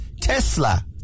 Tesla